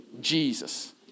Jesus